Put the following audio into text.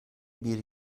bir